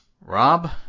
Rob